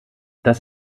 dass